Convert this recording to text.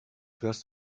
fährst